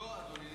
כן.